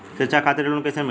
शिक्षा खातिर लोन कैसे मिली?